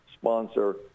sponsor